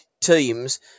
teams